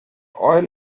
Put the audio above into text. oil